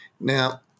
Now